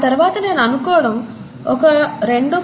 ఆ తర్వాత నేను అనుకోవడం ఒక 2